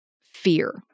fear